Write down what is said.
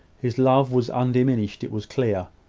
his love was undiminished, it was clear.